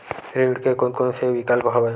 ऋण के कोन कोन से विकल्प हवय?